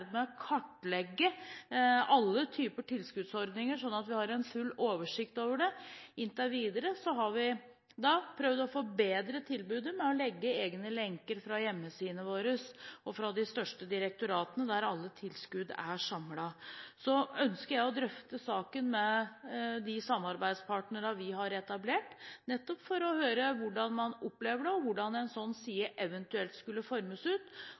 med å kartlegge alle typer tilskuddsordninger, sånn at vi har en full oversikt over dem. Inntil videre har vi prøvd å forbedre tilbudet ved å legge egne lenker fra hjemmesidene våre og fra de største direktoratene, der alle tilskudd er samlet. Så ønsker jeg å drøfte saken med de samarbeidspartnerne vi har etablert, nettopp for å høre hvordan man opplever det, og hvordan en sånn